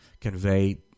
convey